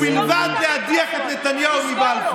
ובלבד להדיח את נתניהו מבלפור.